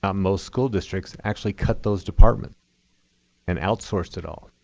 ah most school districts actually cut those departments and outsourced it all.